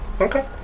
Okay